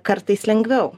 kartais lengviau